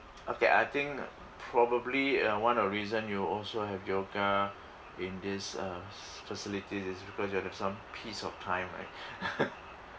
okay I think probably uh one of the reason you also have yoga in these uh facilities is because you have some peace of time right